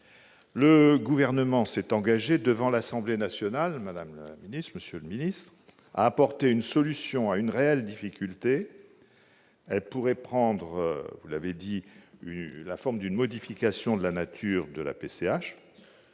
le gouvernement s'est engagé devant l'Assemblée nationale, Madame le Ministre, Monsieur le Ministre, à apporter une solution à une réelle difficulté, elle pourrait prendre, vous l'avez dit, la forme d'une modification de la nature de la PCH